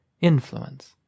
Influence